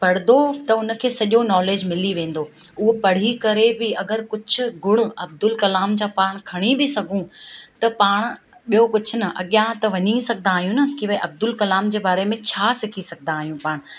पढ़ंदो त हुनखे सॼो नॉलेज मिली वेंदो उहो पढ़ी करे बि अगरि कुझु गुण अब्दुल कलाम जा पाण खणी बि सघूं त पाण ॿियों कुझु न अॻियां त वञी सघंदा आहियूं न की भई अब्दुल कलाम जे बारे में छा सिखी सघंंदा आहियूं पाण